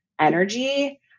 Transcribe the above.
energy